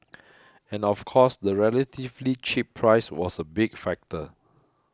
and of course the relatively cheap price was a big factor